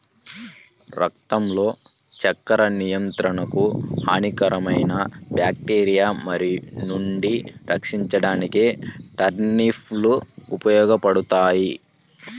రక్తంలో చక్కెర నియంత్రణకు, హానికరమైన బ్యాక్టీరియా నుండి రక్షించడానికి టర్నిప్ లు ఉపయోగపడతాయి